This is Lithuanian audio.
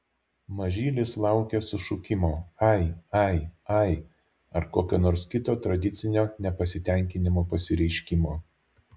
mažylis laukia sušukimo ai ai ai ar kokio nors kito tradicinio nepasitenkinimo pasireiškimo